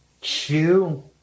Chew